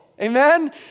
Amen